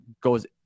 goes